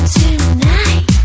tonight